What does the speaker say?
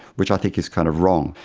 which i think is kind of wrong.